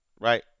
right